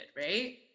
right